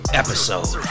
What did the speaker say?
episode